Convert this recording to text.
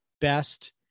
best